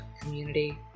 Community